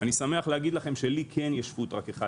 אני שמח להגיד לכם שלי כן יש פוד-טראק אחד